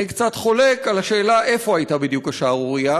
אני קצת חולק על השאלה איפה הייתה בדיוק השערורייה,